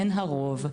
הן הרוב,